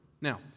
Now